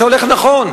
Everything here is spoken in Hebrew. אתה הולך נכון,